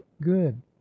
good